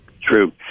True